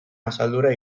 asaldura